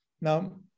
Now